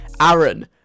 Aaron